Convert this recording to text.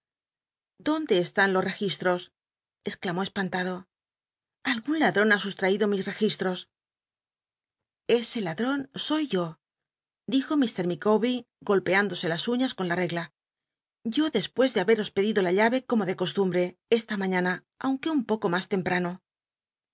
dónde están los registros exclamó espan tado algun ladron ha susb'aido mis rcgistros ese ladron soy yo dijo lr micawbcr golpctindose las uiías con in regla yo dcspues de haberos pedido la llave como de costumbtc esla maííana aunque un poco mas temprano